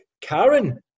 Karen